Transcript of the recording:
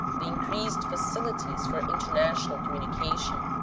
the increased facilities for international communication,